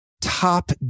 top